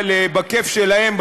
בכיף שלהם,